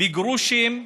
בגרושים.